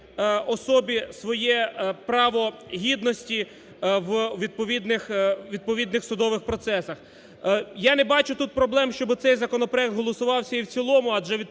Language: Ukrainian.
особі своє право гідності в відповідних судових процесах. Я не бачу тут проблем, щоби цей законопроект голосувався і в цілому, адже відповідно